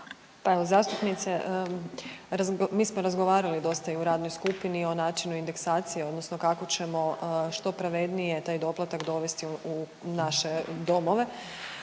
Pa zastupnice mi smo razgovarali dosta i u radnoj skupini o načinu indeksacije odnosno kako ćemo što pravednije taj doplatak dovesti u naše domove